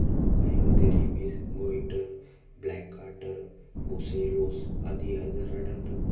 गायींमध्ये rabies, goitre, black quarter, brucellosis आदी आजार आढळतात